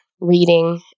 reading